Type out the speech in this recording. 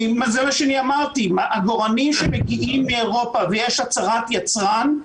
זה מה שאמרתי העגורנים שמגיעים מאירופה ויש הצהרת יצרן,